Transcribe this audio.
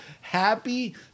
Happy